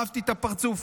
אהבתי את הפרצוף,